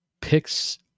picks